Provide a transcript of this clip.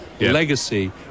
legacy